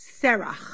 Serach